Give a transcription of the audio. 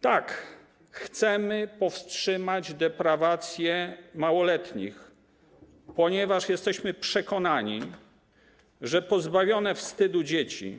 Tak, chcemy powstrzymać deprawację małoletnich, ponieważ jesteśmy przekonani, że pozbawione wstydu dzieci,